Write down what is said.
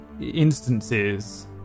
instances